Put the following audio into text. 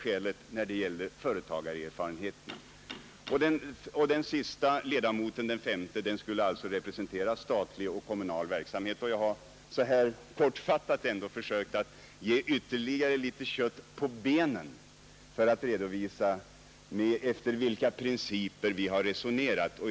Och den sista ledamoten, den femte, skulle alltså representera statlig och kommunal verksamhet. Jag har så här kortfattat försökt redovisa efter vilka principer vi har resonerat.